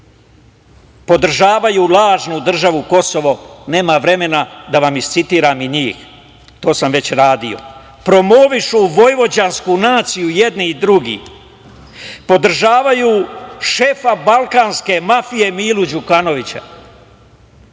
podržavaju lažnu državu Kosovo, nemam vremena da vam iscitiram i njih, to sam već radio. Promovišu vojvođansku naciju i jedni i drugi. Podržavaju šefa balkanske mafije Mila Đukanovića. Protiv